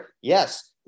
Yes